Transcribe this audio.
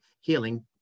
healing